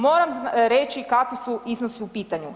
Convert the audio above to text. Moramo reći kako svi su iznosi u pitanju.